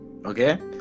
okay